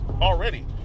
already